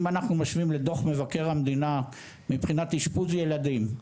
אם אנחנו משווים לדוח מבקר המדינה מבחינת אשפוז ילדים,